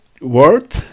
word